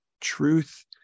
truth